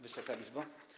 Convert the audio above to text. Wysoka Izbo!